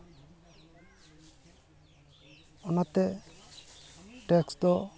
ᱚᱱᱟᱛᱮ ᱴᱮᱠᱥ ᱫᱚ